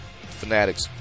fanatics